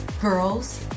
Girls